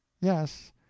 Yes